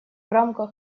рамках